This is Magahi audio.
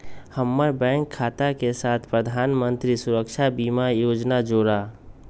हम्मर बैंक खाता के साथ प्रधानमंत्री सुरक्षा बीमा योजना जोड़ा